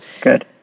Good